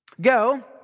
Go